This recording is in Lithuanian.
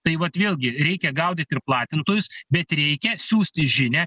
tai vat vėlgi reikia gaudyt ir platintojus bet reikia siųsti žinią